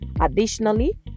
additionally